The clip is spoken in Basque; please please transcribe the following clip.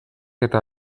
eta